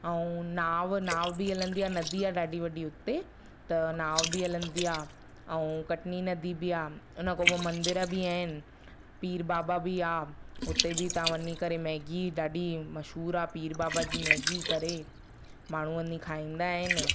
ऐं नाव नाव बि हलंदी आहे नदी आहे ॾाढी वॾी हुते त नाव बि हलंदी आहे ऐं कटनी नदी बि आहे उनखां पोइ मंदर बि आहिनि पीर बाबा बि आहे उते बि तव्हां वञी करे मैगी ॾाढी मशहूरु आहे पीर बाबा जी मैगी करे माण्हू वञी खाईंदा आहिनि